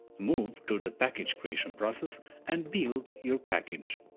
move through the package creation process and build your package.